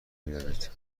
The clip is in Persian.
میروید